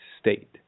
state